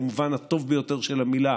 במובן הטוב ביותר של המילה,